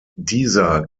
dieser